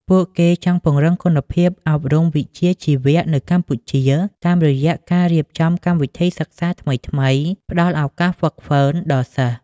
ពួកគេចង់ពង្រឹងគុណភាពអប់រំវិជ្ជាជីវៈនៅកម្ពុជា តាមរយៈការរៀបចំកម្មវិធីសិក្សាថ្មីៗ ផ្តល់ឱកាសហ្វឹកហ្វឺនដល់សិស្ស។